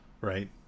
right